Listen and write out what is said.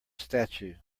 statue